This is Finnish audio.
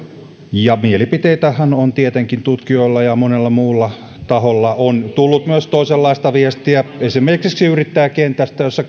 ja mielipiteitähän on tietenkin tutkijoilla ja monella muulla taholla on tullut myös toisenlaista viestiä esimerkiksi yrittäjäkentältä jossa